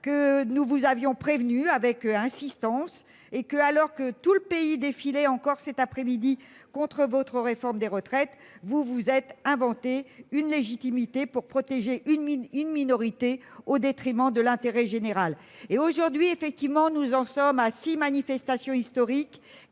que nous vous avons prévenus avec insistance. Alors que tout le pays défilait encore cet après-midi contre votre réforme des retraites, vous vous êtes inventé une légitimité pour protéger une minorité au détriment de l'intérêt général. Aujourd'hui, nous en sommes à six manifestations historiques